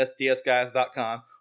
sdsguys.com